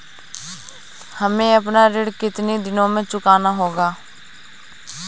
हमें अपना ऋण कितनी दिनों में चुकाना होगा?